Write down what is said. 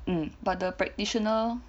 um but the practitioner